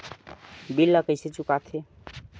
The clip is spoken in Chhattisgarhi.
बिल ला कइसे चुका थे